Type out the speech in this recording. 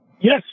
Yes